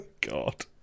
god